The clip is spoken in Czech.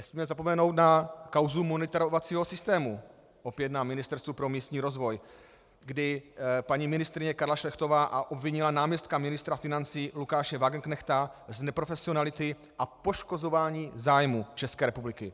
Nesmíme zapomenout na kauzu monitorovacího systému opět na Ministerstvu pro místní rozvoj, kdy paní ministryně Karla Šlechtová obvinila náměstka ministra financí Lukáše Wagenknechta z neprofesionality a poškozování zájmů České republiky.